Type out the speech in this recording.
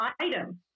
item